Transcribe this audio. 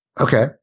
Okay